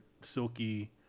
silky